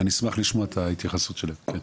אני אשמח לשמוע את ההתייחסות שלכם.